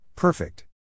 Perfect